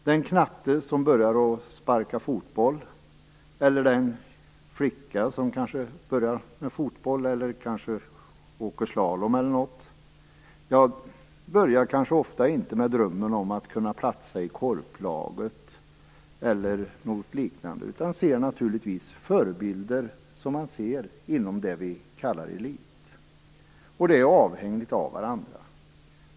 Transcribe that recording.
Den knatte som börjar sparka fotboll eller den flicka som börjar med fotboll eller slalom drömmer i början ofta inte om att platsa i korplaget eller något liknande, utan har naturligtvis förebilder inom det vi kallar elitidrott. Elit och bredd är avhängiga av varandra.